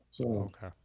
Okay